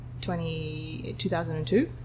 2002